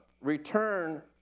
return